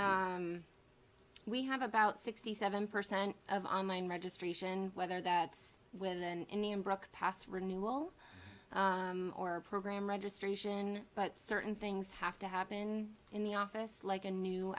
lack we have about sixty seven percent of online registration whether that's women in the end brooke pass renewal or program registration but certain things have to happen in the office like a new